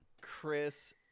Chris